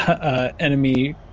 Enemy